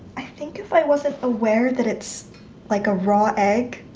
i think if i wasn't aware that it's like a raw egg,